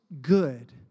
good